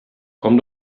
komm